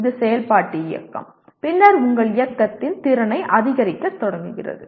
இது செயல்பாட்டு இயக்கம் பின்னர் உங்கள் இயக்கத்தின் திறனை அதிகரிக்கத் தொடங்குகிறது